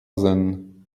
then